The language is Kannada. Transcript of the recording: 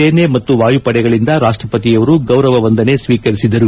ಸೇನೆ ಮತ್ತು ವಾಯುಪಡೆಗಳಿಂದ ರಾಷ್ಟಪತಿಯವರು ಗೌರವ ವಂದನೆ ಸ್ವೀಕರಿಸಿದರು